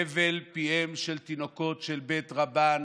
הבל פיהם של תינוקות של בית רבן